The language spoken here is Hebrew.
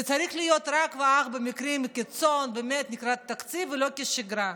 זה צריך להיות אך ורק במקרי קיצון ולא כשגרה.